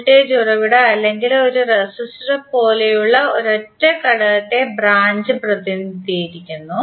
voltage ഉറവിടം അല്ലെങ്കിൽ ഒരു റെസിസ്റ്റർ പോലുള്ള ഒരൊറ്റ ഘടകത്തെ ബ്രാഞ്ച് പ്രതിനിധീകരിക്കുന്നു